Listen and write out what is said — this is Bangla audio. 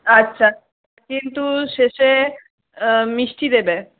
আচ্ছা কিন্তু শেষে মিষ্টি দেবে